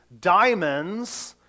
diamonds